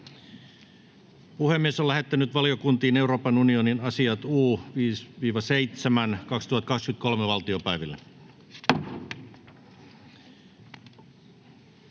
Puheenjohtajuus